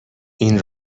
این